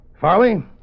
Farley